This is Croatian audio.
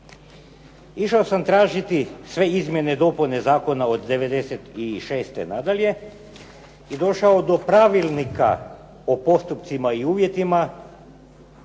Išao sam tražiti sve izmjene i dopune zakona od '96. nadalje i došao do Pravilnika o postupcima i uvjetima